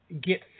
get